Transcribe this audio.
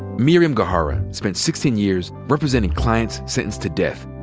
miriam gohara spent sixteen years representing clients sentenced to death,